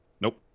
Nope